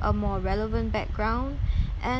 a more relevant background and